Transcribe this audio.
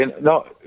No